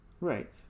Right